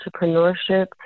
entrepreneurship